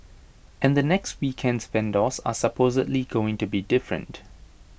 and the next weekend's vendors are supposedly going to be different